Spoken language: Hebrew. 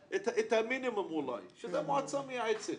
המינימום אולי, שזו מועצה מייעצת